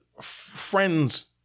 friends